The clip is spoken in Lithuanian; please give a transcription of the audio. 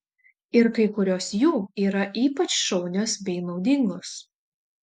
ir kai kurios jų yra ypač šaunios bei naudingos